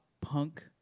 punk